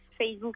Facebook